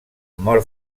mor